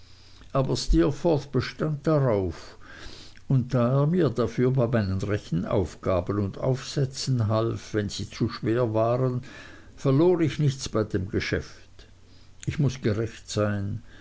aber steerforth bestand darauf und da er mir dafür bei meinen rechenaufgaben und aufsätzen half wenn sie zu schwer waren verlor ich nichts bei dem geschäft ich muß gerecht sein